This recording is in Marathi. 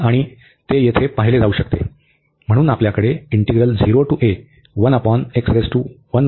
आणि ते येथे पाहिले जाऊ शकते म्हणून आपल्याकडे आहे